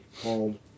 called